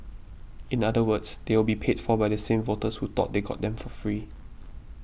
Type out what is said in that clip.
in other words they will be paid for by the same voters who thought they got them for free